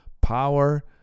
power